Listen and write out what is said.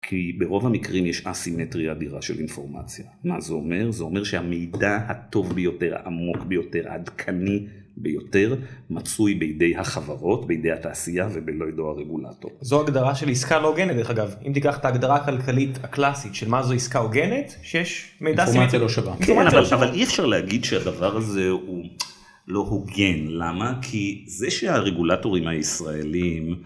כי ברוב המקרים יש אסימטריה אדירה של אינפורמציה, מה זה אומר? זה אומר שהמידע הטוב ביותר, העמוק ביותר, העדכני ביותר, מצוי בידי החברות, בידי התעשייה ולא בידיי הרגולטור. זו הגדרה של עסקה לא הוגנת, דרך אגב. אם תיקח את ההגדרה הכלכלית הקלאסית של מה זו עסקה הוגנת, שיש מידע סימטרי… סימטריה לא שווה. כן, אבל אי אפשר להגיד שהדבר הזה הוא לא הוגן, למה? כי זה שהרגולטורים הישראלים